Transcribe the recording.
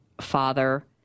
father